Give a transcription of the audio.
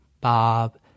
Bob